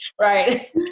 Right